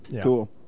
Cool